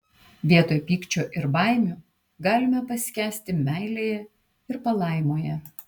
vietoj pykčio ir baimių galime paskęsti meilėje ir palaimoje